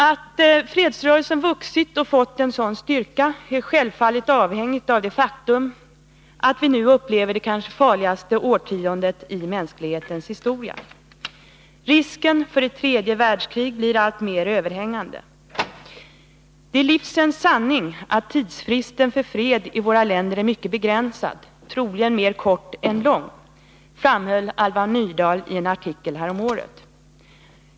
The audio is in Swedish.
Att fredsrörelsen vuxit och fått en sådan styrka är självfallet avhängigt av det faktum att vi nu upplever det kanske farligaste årtiondet i mänsklighetens historia. Risken för ett tredje världskrig blir alltmer överhängande. Det är livsens sanning att tidsfristen för fred i våra länder är mycket begränsad — troligen mer kort än lång, framhöll Alva Myrdal i en artikel häromåret.